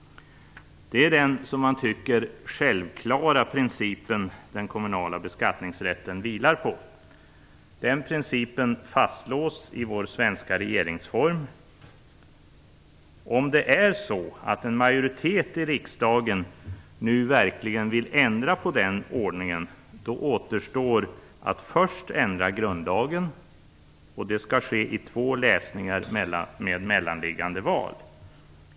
Det är den - som man tycker - självklara princip som den kommunala beskattningsrätten vilar på. Denna princip fastslås i vår svenska regeringsform. Om det är så att en majoritet i riksdagen nu verkligen vill ändra på den ordningen återstår att först ändra grundlagen - och det skall ske i två läsningar med mellanliggande val.